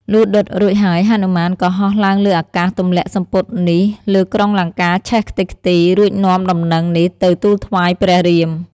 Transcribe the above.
លុះដុតរួចហើយហនុមាន ក៏ហោះឡើងលើអាកាសទម្លាក់សំពត់នេះលើក្រុងលង្កាឆេះខ្ទេចខ្ទីរ រួចនាំដំណឹងនេះទៅទូលថ្វាយព្រះរាម។